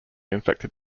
infected